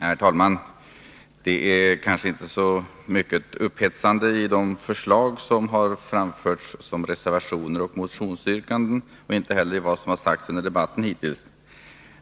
Herr talman! Det finns kanske inte så mycket upphetsande i de förslag som Fredagen den har framlagts i föreliggande reservationer och motioner och inte heller i vad 11 juni 1982 som sagts i debatten hittills.